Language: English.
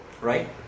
Right